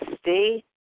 stay